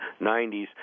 90s